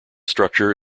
structure